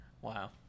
Wow